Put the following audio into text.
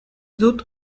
dut